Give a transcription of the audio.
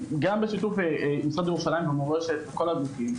גם בשיתוף משרד ירושלים ומורשת וכל הגופים,